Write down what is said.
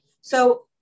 So-